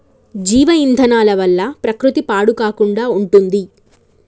జీవ ఇంధనాల వల్ల ప్రకృతి పాడు కాకుండా ఉంటుంది